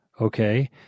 Okay